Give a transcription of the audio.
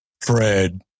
Fred